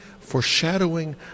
foreshadowing